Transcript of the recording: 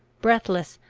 breathless,